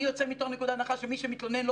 אני יוצא מתוך נקודת הנחה שמי שמתלונן,